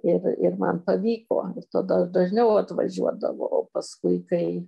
ir ir man pavyko ir tada dažniau atvažiuodavau o paskui kai